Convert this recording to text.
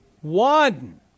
One